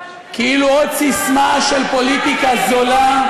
כאילו עוד ססמה של פוליטיקה זולה,